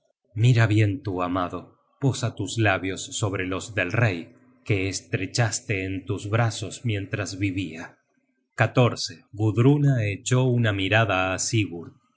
mira tu bien amado posa tus labios sobre los del rey que estrechaste en tus brazos mientras vivia gudruna echó una mirada